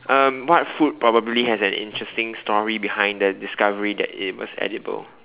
um what food probably has an interesting story behind the discovery that it was edible